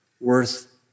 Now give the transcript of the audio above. worth